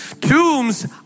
Tombs